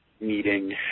meeting